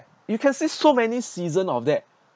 you can see so many season of that